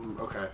Okay